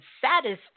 satisfied